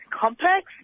complex